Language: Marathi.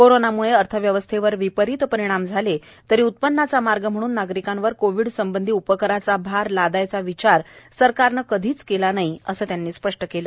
कोरोनाम्ळे अर्थव्यवस्थेवर विपरित परिणाम झाले तरी उत्पन्नाचा मार्ग म्हणून नागरिकांवर कोविडसंबंधी उपकराचा भार लादायचा विचार सरकारनं कधीच केला नाही असं त्यांनी स्पष्ट केलं